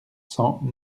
cent